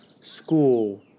school